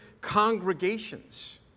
congregations